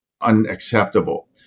unacceptable